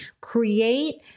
create